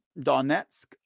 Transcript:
Donetsk